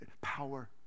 Power